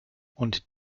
und